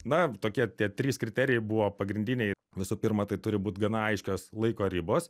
na tokie tie trys kriterijai buvo pagrindiniai visų pirma tai turi būt gana aiškios laiko ribos